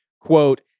quote